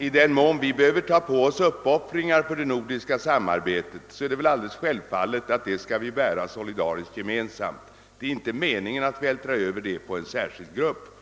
I den mån vi behöver ta på oss uppoffringar för det nordiska samarbetet, så är det alldeles självfallet att vi skall göra detta solidariskt. Det är inte meningen att vältra över svårigheterna på någon särskild grupp.